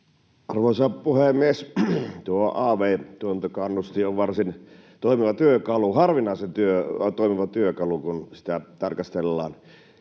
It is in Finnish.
Arvoisa puhemies! Tuo av-tuotantokannustin on varsin toimiva työkalu, harvinaisen toimiva työkalu, kun sitä tarkastellaan.